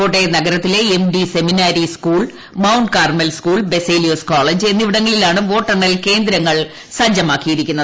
കോട്ടയം നഗരത്തിലെ MD Seminary സുകൾ Mount Carmel School Baselius College എന്നിവിടങ്ങളിലാണ് വോട്ടെണ്ണൽ കേന്ദ്രങ്ങൾ സജ്ജമാക്കിയിരിക്കുന്നത്